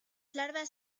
larvas